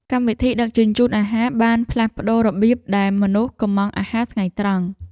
កម្មវិធីដឹកជញ្ជូនអាហារ បានផ្លាស់ប្តូររបៀបដែលមនុស្សកុម្ម៉ង់អាហារថ្ងៃត្រង់។